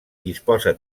disposa